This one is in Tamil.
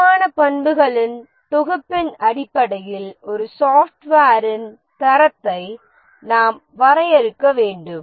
தரமான பண்புகளின் தொகுப்பின் அடிப்படையில் ஒரு சாஃப்ட்வேரின் தரத்தை நாம் வரையறுக்க வேண்டும்